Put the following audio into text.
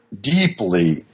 deeply